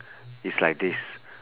is like this